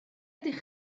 ydych